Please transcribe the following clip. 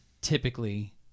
typically